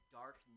dark